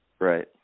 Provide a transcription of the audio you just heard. Right